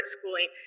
schooling